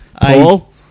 Paul